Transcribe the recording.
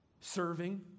Serving